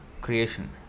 creation